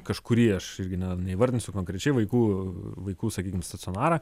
kažkurį aš irgi ne neįvardinsiu konkrečiai vaikų vaikų sakykim stacionarą